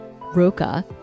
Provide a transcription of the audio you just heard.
Roca